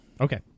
Okay